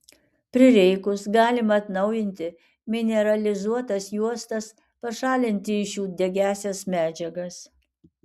prireikus galima atnaujinti mineralizuotas juostas pašalinti iš jų degiąsias medžiagas